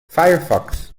firefox